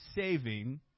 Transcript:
saving